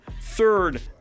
third